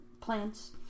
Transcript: plants